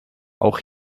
auch